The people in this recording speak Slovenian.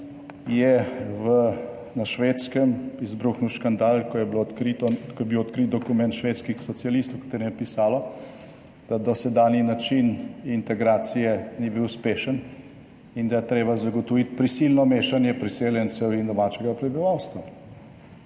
je na Švedskem izbruhnil škandal, ko je bil odkrit dokument švedskih socialistov, v katerem je pisalo, da dosedanji način integracije ni bil uspešen in da je treba zagotoviti prisilno mešanje priseljencev in domačega prebivalstva.